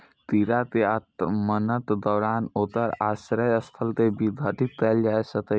कीड़ा के आक्रमणक दौरान ओकर आश्रय स्थल कें विघटित कैल जा सकैए